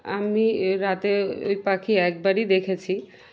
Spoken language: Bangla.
আমি রাতে ওই পাখি একবারই দেখেছি